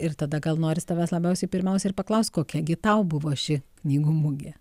ir tada gal noris tavęs labiausiai pirmiausia ir paklaust kokia gi tau buvo ši knygų mugė